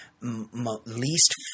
least